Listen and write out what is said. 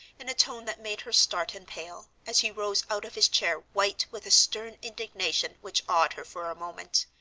in a tone that made her start and pale, as he rose out of his chair white with a stern indignation which awed her for a moment.